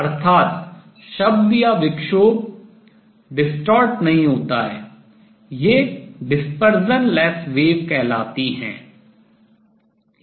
अर्थात् शब्द या विक्षोभ distort विरूपित नहीं होता है ये परिक्षेपण रहित तरंगें कहलाती हैं